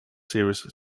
series